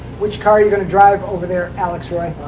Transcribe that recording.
which car are you gonna drive over there, alex roy?